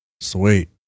sweet